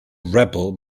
rebel